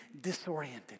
disoriented